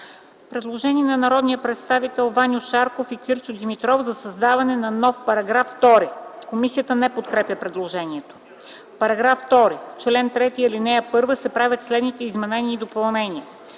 Предложение на народните представители Ваньо Шарков и Кирчо Димитров за създаване на нов § 2. Комисията не подкрепя предложението: „§ 2. В чл. 3, ал. 1 се правят следните изменения и допълнения: